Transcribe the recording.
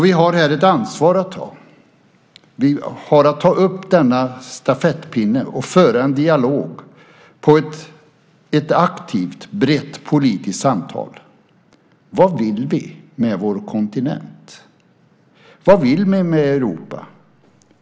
Vi har här ett ansvar att ta. Vi har att ta upp denna stafettpinne och att föra en dialog och ett aktivt brett politiskt samtal. Vad vill vi med vår kontinent? Vad vill vi med Europa?